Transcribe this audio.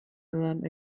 run